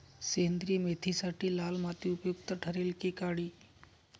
सेंद्रिय मेथीसाठी लाल माती उपयुक्त ठरेल कि काळी?